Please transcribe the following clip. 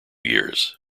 years